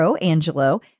Angelo